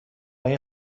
این